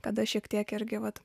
tada šiek tiek irgi vat